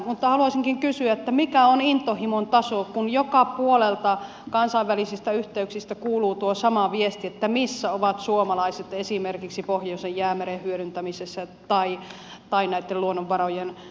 mutta haluaisinkin kysyä mikä on intohimon taso kun joka puolelta kansainvälisistä yhteyksistä kuuluu tuo sama viesti että missä ovat suomalaiset esimerkiksi pohjoisen jäämeren hyödyntämisessä tai näitten luonnonvarojen hyödyntämisessä